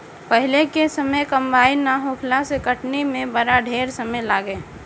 पहिले के समय कंबाइन नाइ होखला से कटनी में बड़ा ढेर समय लागे